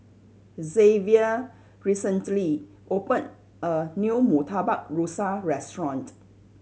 Zavier recently opened a new Murtabak Rusa restaurant